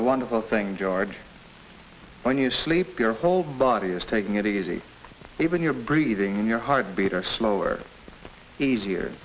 a wonderful thing george when you sleep your whole body is taking it easy even your breathing your heartbeat are slower easier